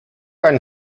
einen